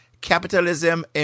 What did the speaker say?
Capitalism